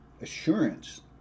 assurance